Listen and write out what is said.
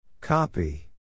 Copy